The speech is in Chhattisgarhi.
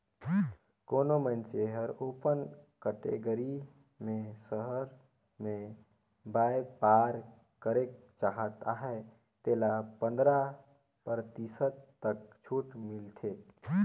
कोनो मइनसे हर ओपन कटेगरी में सहर में बयपार करेक चाहत अहे तेला पंदरा परतिसत तक छूट मिलथे